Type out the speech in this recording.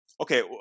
Okay